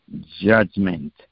judgment